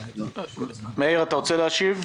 מאיר, אתה רוצה להשיב?